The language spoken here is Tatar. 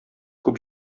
күп